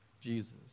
Jesus